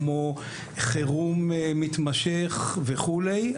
כמו חירום מתמשך וכולי,